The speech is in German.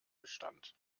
bestand